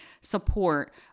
support